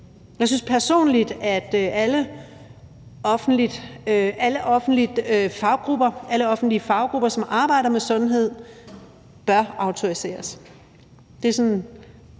Jeg synes personligt, at alle offentlige faggrupper, som arbejder med sundhed, bør autoriseres. Det er sådan